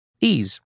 Ease